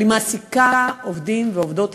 אבל היא מעסיקה עובדים ועובדות ישראלים.